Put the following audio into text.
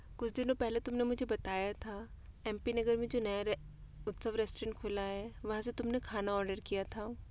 कुछ दिनों पहले तुम ने मुझे बताया था एम पी नगर में जो नया उत्सव रेस्टोरेंट खुला है वहाँ से तुम ने खाना ओडर किया था